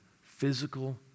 physical